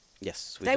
Yes